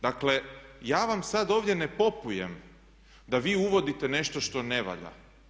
Dakle, ja vam sad ovdje ne popujem da vi uvodite nešto što ne valja.